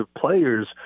players